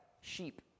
sheep